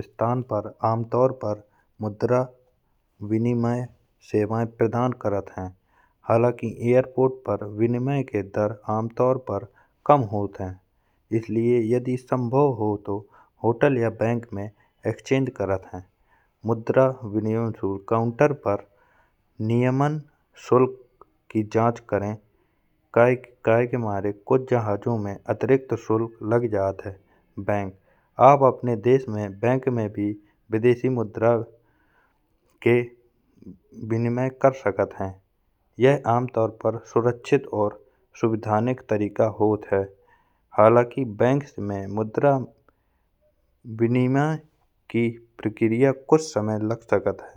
इस्थान पर आमतौर पर मुद्रा विनिमय सेवाएं प्रदान करत हैं। हालाँकि एयरपोर्ट पर विनिमय के दर आमतौर पर कम होत हैं। इसलिए यदि संभव हो तो होटल या बैंक में एक्सचेंज करत हैं। मुद्रा विनिमय काउंटर पर नियमन शुल्क की जाँच करे काए के मारे कुछ जहाजों में अतिरिक्त शुल्क लग जात हैं। बैंक आप अपने देश में भी विदेशी मुद्रा के विनिमयकर कर सकत हैं। यह आमतौर पर सुरक्षित और सुविधानिक तरीका होत हैं। हालाकि बैंकों में मुद्रा विनिमय की प्रक्रिया में कुछ समय लग सकत हैं।